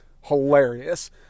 hilarious